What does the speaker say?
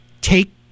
take